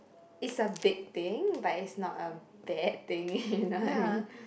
is a big thing but it's not a bad thing you know what I mean